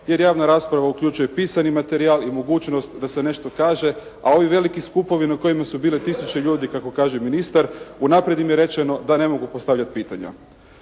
jer javna rasprava uključuje pisani materijal i mogućnost da se nešto kaže, a ovi veliki skupovi na kojima su bili tisuće ljudi kako kaže ministar, unaprijed im je rečeno da ne mogu postavljati pitanja.